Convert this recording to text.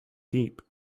deep